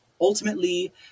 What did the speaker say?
ultimately